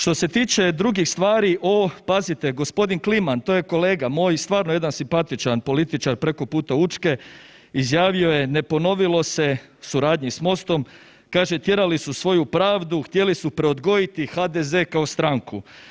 Što se tiče drugi stvari, ovo, pazite g. Kliman, to je kolega moj i stvarno jedan simpatičan političar preko puta Učke, izjavio je ne ponovilo se suradnji s Mostom, kaže tjerali su svoju pravdu, htjeli su preodgojiti HDZ kao stranku.